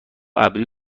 ابری